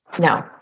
No